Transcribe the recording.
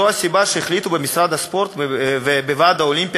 זו הסיבה שהחליטו במשרד הספורט ובוועד האולימפי